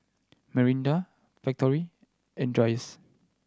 Mirinda Factorie and Dreyers